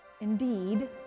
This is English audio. indeed